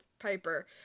Piper